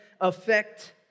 affect